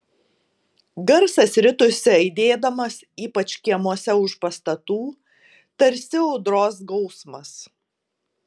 garsas ritosi aidėdamas ypač kiemuose už pastatų tarsi audros gausmas